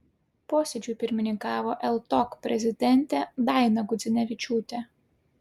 posėdžiui pirmininkavo ltok prezidentė daina gudzinevičiūtė